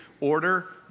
order